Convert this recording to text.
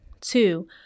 Two